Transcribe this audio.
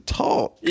talk